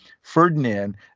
Ferdinand